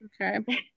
Okay